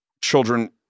children